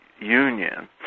union